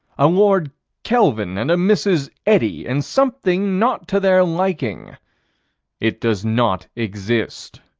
a lord kelvin and a mrs. eddy, and something not to their liking it does not exist.